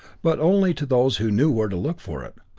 but only to those who knew where to look for it.